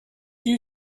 you